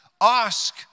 Ask